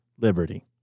Liberty